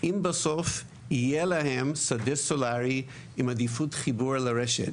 אם בסוף יהיה להם שדה סולארי עם עדיפות חיבור לרשת.